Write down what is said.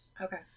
Okay